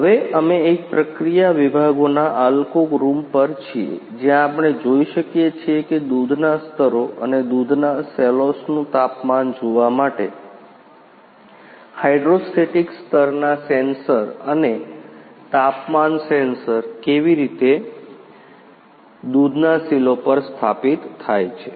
હવે અમે એક પ્રક્રિયા વિભાગોના આલ્કો રૂમ પર છીએ જ્યાં આપણે જોઈ શકીએ છીએ કે દૂધના સ્તરો અને દૂધના સેલોસનું તાપમાન જોવા માટે હાઇડ્રોસ્ટેટિક સ્તરના સેન્સર અને તાપમાન સેન્સર કેવી રીતે દૂધના સિલો પર સ્થાપિત થાય છે